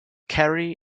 kerry